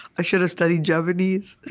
i should have studied japanese.